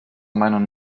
meinung